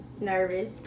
Nervous